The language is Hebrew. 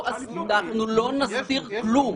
אנחנו לא נסתיר כלום.